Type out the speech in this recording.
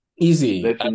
Easy